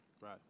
Right